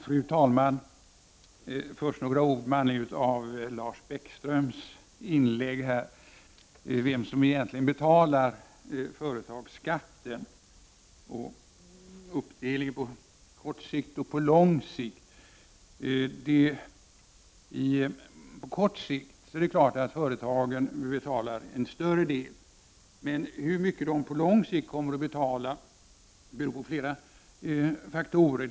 Fru talman! Först några ord med anledning av Lars Bäckström inlägg här om vem det är som egentligen betalar företagsskatten och hur det förhåller sig med uppdelningen på kort resp. lång sikt. På kort sikt är det klart att företagen betalar en större del. Men hur mycket de på lång sikt kommer att betala beror på flera faktorer.